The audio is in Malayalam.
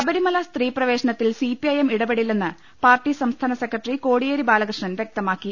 ശബരിമല സ്ത്രീ പ്രവേശനത്തിൽ സിപിഐഎം ഇടപെടി ല്ലെന്ന് പാർട്ടി സംസ്ഥാന സെക്രട്ടറി കോടിയേരി ബാലകൃഷ്ണൻ വൃക്തമാക്കി